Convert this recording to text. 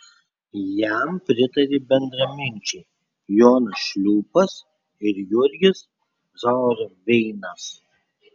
jam pritarė bendraminčiai jonas šliūpas ir jurgis zauerveinas